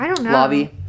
lobby